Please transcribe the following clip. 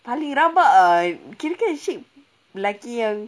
paling rabak ah kirakan syed